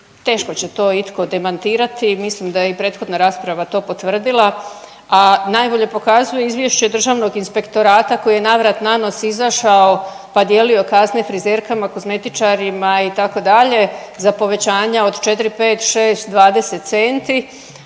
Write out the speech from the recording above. teško će to itko demantirati. Mislim da je i prethodna rasprava to potvrdila, a najbolje pokazuje izvješće Državnog inspektora koji je navrat nanos izašao pa dijelio kazne frizerkama, kozmetičarima itd. za povećanja od 4, 5, 6, 20 centi,